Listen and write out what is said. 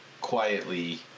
quietly